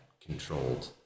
controlled